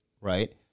right